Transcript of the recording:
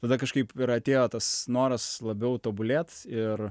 tada kažkaip ir atėjo tas noras labiau tobulėt ir